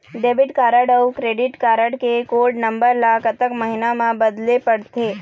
Debit card अऊ credit card के code number ला कतक महीना मा बदले पड़थे?